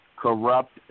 corrupt